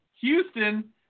Houston